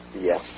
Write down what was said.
Yes